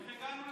אתה גם,